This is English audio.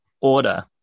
order